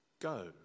Go